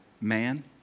man